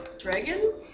Dragon